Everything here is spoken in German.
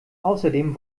außerdem